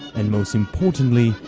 and, most importantly,